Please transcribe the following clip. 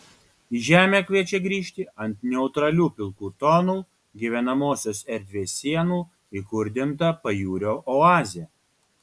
į žemę kviečia grįžti ant neutralių pilkų tonų gyvenamosios erdvės sienų įkurdinta pajūrio oazė